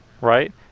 right